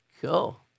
Cool